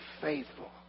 faithful